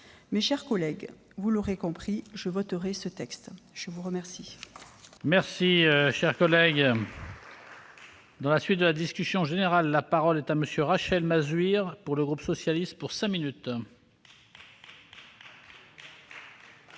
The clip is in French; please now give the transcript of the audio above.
Mes chers collègues, vous l'aurez compris, je voterai ce texte. La parole